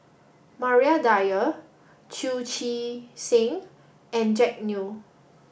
Maria Dyer Chu Chee Seng and Jack Neo